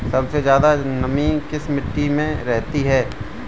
सबसे ज्यादा नमी किस मिट्टी में रहती है?